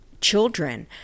children